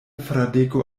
fradeko